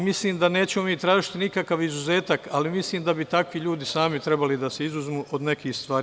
Mislim da mi nećemo tražiti nikakav izuzetak, ali mislim da bi takvi ljudi sami trebali da se izuzmu od nekih stvari.